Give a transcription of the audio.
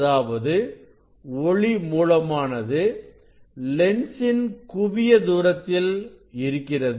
அதாவது ஒளி மூலமானது லென்ஸின் குவிய தூரத்தில் இருக்கிறது